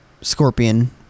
scorpion